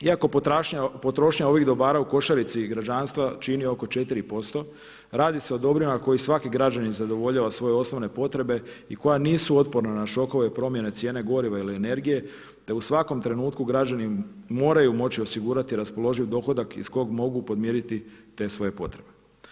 Iako potrošnja ovih dobara u košarici građanstva čini oko 4% radi se o dobrima koji svaki građanin zadovoljava svoje osnovne potrebe i koja nisu otporna na šokove, promjene cijene goriva ili energije te u svakom trenutku građani moraju moći osigurati raspoloživ dohodak iz kog mogu podmiriti te svoje potrebe.